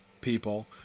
people